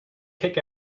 kick